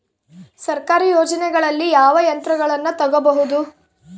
ಸರ್ಕಾರಿ ಯೋಜನೆಗಳಲ್ಲಿ ಯಾವ ಯಂತ್ರಗಳನ್ನ ತಗಬಹುದು?